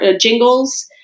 jingles